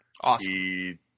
Awesome